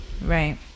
right